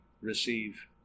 receive